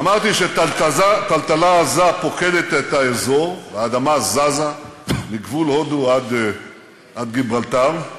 אמרתי שטלטלה עזה פוקדת את האזור והאדמה זזה מגבול הודו עד גיברלטר,